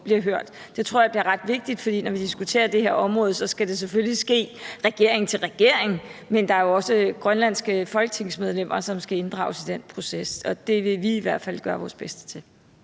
bliver hørt. Det tror jeg bliver ret vigtigt. For når vi diskuterer det her område, skal det selvfølgelig ske regering til regering, men der er jo også grønlandske folketingsmedlemmer, som skal inddrages i den proces, og det vil vi i hvert fald gøre vores bedste for